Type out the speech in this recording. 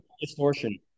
distortion